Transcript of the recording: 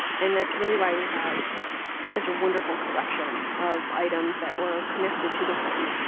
and that's really why we have such a wonderful collection of items that were connected to the friend